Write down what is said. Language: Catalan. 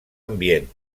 ambient